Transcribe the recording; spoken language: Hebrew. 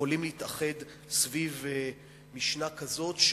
יכולים להתאחד סביב משנה כזאת,